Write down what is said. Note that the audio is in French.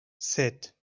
sept